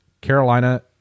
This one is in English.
Carolina